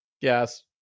Yes